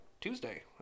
Tuesday